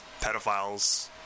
pedophiles